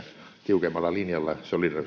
tiukemmalla linjalla solidaarisuusverossa